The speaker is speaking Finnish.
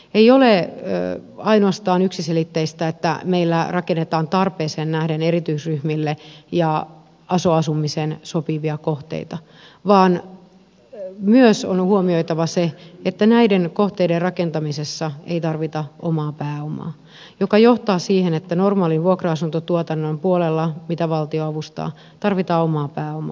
ei ole ainoastaan yksiselitteistä että meillä rakennetaan tarpeeseen nähden erityisryhmille ja aso asumiseen sopivia kohteita vaan myös on huomioitava se että näiden kohteiden rakentamisessa ei tarvita omaa pääomaa mikä johtaa siihen että normaalin vuokra asuntotuotannon puolella mitä valtio avustaa tarvitaan omaa pääomaa